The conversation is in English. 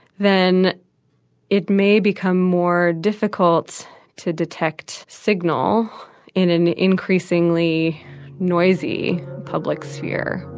then it may become more difficult to detect signal in an increasingly noisy public sphere.